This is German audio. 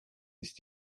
ist